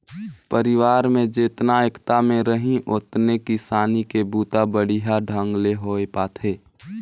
परिवार में जेतना एकता में रहीं ओतने किसानी के बूता बड़िहा ढंग ले होये पाथे